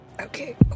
Okay